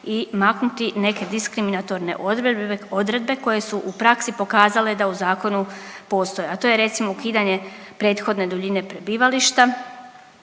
i maknuti neke diskriminatorne odredbe koje su u praksi pokazale da u zakonu postoje, a to je recimo ukidanje prethodne duljine prebivališta.